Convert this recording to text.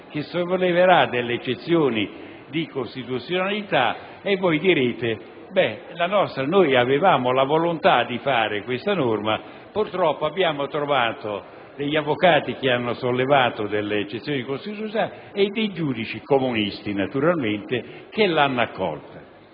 che solleverà delle eccezioni di costituzionalità e voi direte: ebbene, noi avevamo la volontà di fare questa norma; purtroppo abbiamo trovato degli avvocati che hanno sollevato delle eccezioni di costituzionalità e dei giudici - comunisti, naturalmente - che l'hanno accolta.